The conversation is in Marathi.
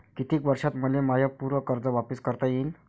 कितीक वर्षात मले माय पूर कर्ज वापिस करता येईन?